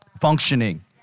functioning